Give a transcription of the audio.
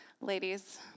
ladies